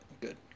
good